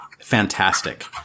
fantastic